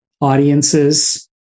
audiences